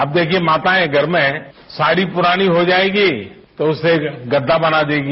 अब देखिए माताएं घर में साड़ी पुरानी हो जाएगी तो उससे गद्दा बना लेंगी